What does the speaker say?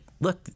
look